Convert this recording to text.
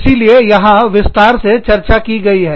इसीलिए यहां विस्तार विवेचना चर्चा की गई है